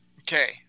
Okay